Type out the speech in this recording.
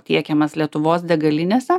tiekiamas lietuvos degalinėse